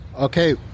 Okay